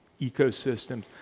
ecosystems